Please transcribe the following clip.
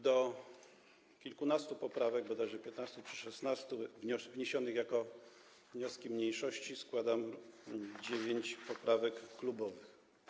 Do kilkunastu poprawek, bodajże 15 czy 16, wniesionych jako wnioski mniejszości, składam dziewięć poprawek klubowych.